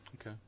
Okay